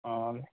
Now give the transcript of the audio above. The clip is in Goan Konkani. आनी